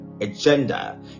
agenda